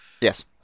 Yes